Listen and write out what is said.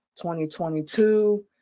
2022